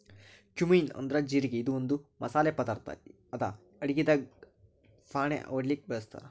cumin ಅಂದ್ರ ಜಿರಗಿ ಇದು ಮಸಾಲಿ ಪದಾರ್ಥ್ ಅದಾ ಅಡಗಿದಾಗ್ ಫಾಣೆ ಹೊಡ್ಲಿಕ್ ಬಳಸ್ತಾರ್